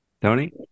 tony